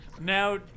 Now